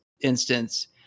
instance